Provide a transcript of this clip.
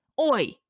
Oi